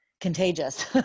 Contagious